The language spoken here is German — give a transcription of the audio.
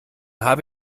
habe